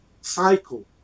cycle